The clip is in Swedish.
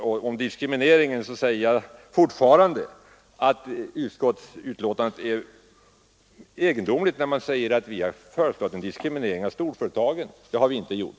För övrigt hävdar jag fortfarande att utskottsbetänkandet är egendomligt när man där påstår att vi genom reservationerna har föreslagit en diskriminering av storföretagen. Det har vi inte gjort.